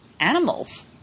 animals